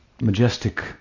majestic